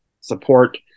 support